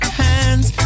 hands